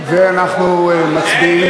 הצבעה.